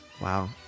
Wow